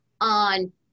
on